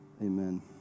Amen